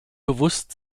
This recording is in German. bewusst